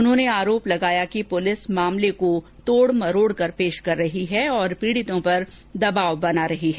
उन्होंने आरोप लगाया कि पुलिस मामले को तोड़ मरोड़ कर पेश कर रही है और पीड़ितों पर दबाव बना रही है